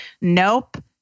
Nope